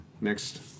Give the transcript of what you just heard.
Next